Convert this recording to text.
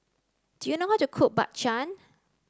do you know how to cook Bak Chang